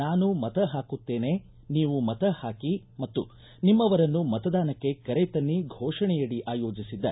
ನಾನು ಮತ ಹಾಕುತ್ತೇನೆ ನೀವು ಮತ ಹಾಕಿ ಮತ್ತು ನಿಮ್ಮವರನ್ನು ಮತದಾನಕ್ಕೆ ಕರೆ ತನ್ನಿ ಘೋಷಣೆಯಡಿ ಆಯೋಜಿಸಿದ್ದ